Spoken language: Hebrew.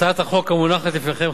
הצעת החוק המונחת בפניכם,